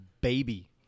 baby